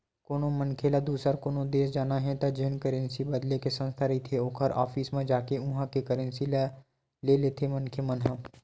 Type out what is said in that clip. कोनो मनखे ल दुसर कोनो देस जाना हे त जेन करेंसी बदले के संस्था रहिथे ओखर ऑफिस म जाके उहाँ के करेंसी ल ले लेथे मनखे मन ह